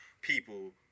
people